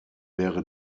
wäre